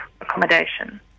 accommodation